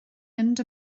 mynd